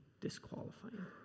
disqualifying